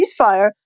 ceasefire